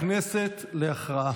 הכנסת להכרעה.